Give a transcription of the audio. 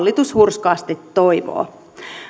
hallitus hurskaasti toivoo